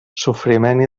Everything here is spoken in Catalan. sofriment